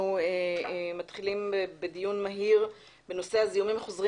אנחנו מתחילים בדיון מהיר בנושא הזיהומים החוזרים